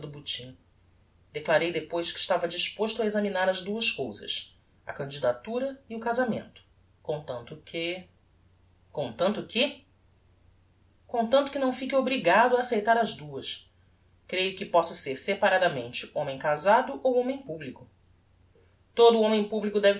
botim declarei depois que estava disposto a examinar as duas cousas a candidatura e o casamento comtanto que comtanto que comtanto que não fique obrigado a aceitar as duas creio que posso ser separadamente homem casado ou homem publico todo o homem publico deve